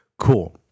cool